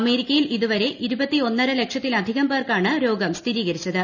അമേരിക്കയിൽ ഇതുവരെ ഇരുപത്തിയൊന്നര ലക്ഷത്തിലധികം പേർക്കാണ് രോഗം സ്ഥിരീകരിച്ചത്